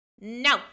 No